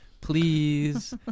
please